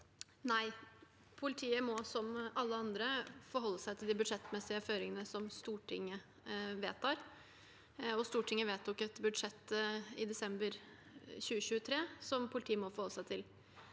Nei, politiet må, som alle andre, forholde seg til de budsjettmessige føringene Stortinget vedtar. Stortinget vedtok et budsjett i desember 2023 som politiet må forholde seg til.